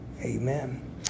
Amen